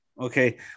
Okay